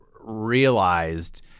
realized